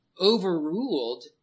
overruled